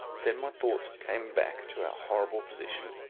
then my thoughts came back to our horrible position,